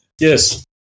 Yes